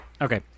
Okay